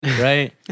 Right